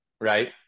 right